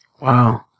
Wow